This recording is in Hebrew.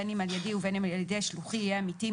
בין אם על ידי ובין אם על ידי שלוחי יהיה אמיתי,